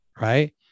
Right